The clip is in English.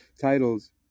titles